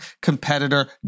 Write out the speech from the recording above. competitor